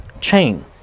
Chain